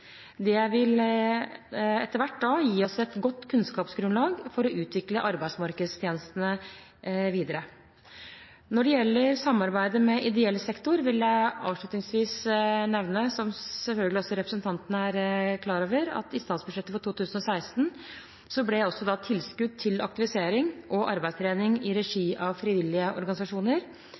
Det vil etter hvert gi oss et godt kunnskapsgrunnlag for å utvikle arbeidsmarkedstjenestene videre. Når det gjelder samarbeidet med ideell sektor, vil jeg avslutningsvis nevne, som selvfølgelig også representanten er klar over, at i statsbudsjettet for 2016 ble tilskudd til aktivisering og arbeidstrening i regi av frivillige organisasjoner